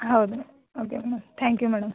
ಹೌದು madam okay madam thank you madam